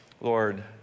Lord